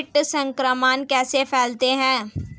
कीट संक्रमण कैसे फैलता है?